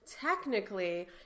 technically